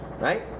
Right